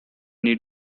need